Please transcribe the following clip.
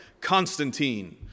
Constantine